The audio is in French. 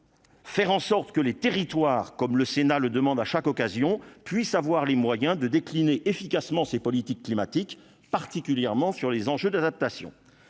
faire en sorte que les territoires comme le Sénat, le demande à chaque occasion, puissent avoir les moyens de décliner efficacement ces politiques climatiques particulièrement sur les enjeux d'adaptation,